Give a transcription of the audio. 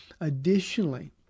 Additionally